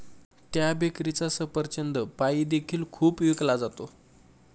त्या बेकरीचा सफरचंद पाई देखील खूप विकला जातो